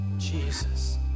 Jesus